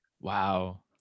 Wow